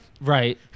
Right